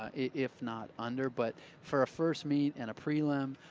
ah if not under, but for a first meet and a prelim,